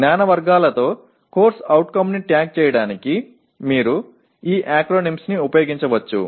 அறிவு வகைகளுடன் CO ஐ குறிக்க இந்த சுருக்கெழுத்துக்களைப் பயன்படுத்தலாம்